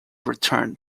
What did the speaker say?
return